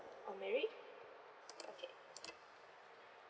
or married okay